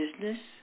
business